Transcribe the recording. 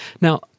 now